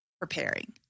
preparing